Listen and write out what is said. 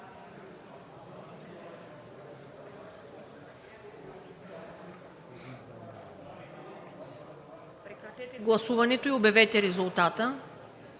прекратете гласуването и обявете резултата: